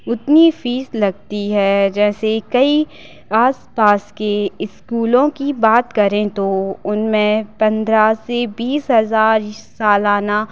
उतनी फीस लगती है जैसे कई आस पास के स्कूलों की बात करें तो उनमें पंद्रह से बीस हज़ार सालाना